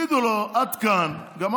מה שנשאר, אולי ועדה או